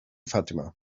fatima